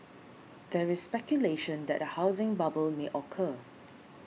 there is speculation that a housing bubble may occur